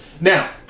Now